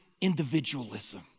individualism